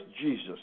Jesus